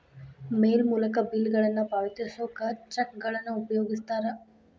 ಮೇಲ್ ಮೂಲಕ ಬಿಲ್ಗಳನ್ನ ಪಾವತಿಸೋಕ ಚೆಕ್ಗಳನ್ನ ಉಪಯೋಗಿಸ್ತಾರ